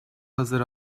hazır